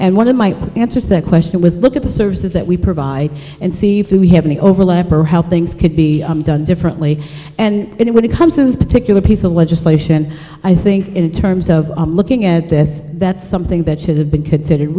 and one of my answer to that question was look at the services that we provide and see if we have any overlap or how things could be done differently and when it comes to this particular piece of legislation i think in terms of looking at this that's something that should have been considered